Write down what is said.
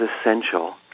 essential